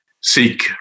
seek